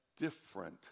different